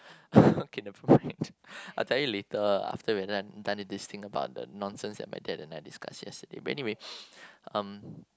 okay no I'll tell you later after we're done done with this thing about the nonsense that my dad and I discussed yesterday but anyway um